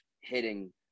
hitting